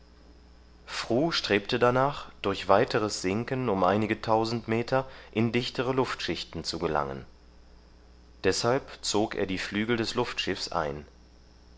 fru strebte danach durch weiteres sinken um einige tausend meter in dichtere luftschichten zu gelangen deshalb zog er die flügel des luftschiffs ein